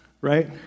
Right